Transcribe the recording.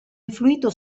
influito